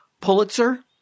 Pulitzer